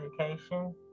education